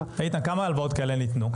כמה הלוואות כאלה ניתנו?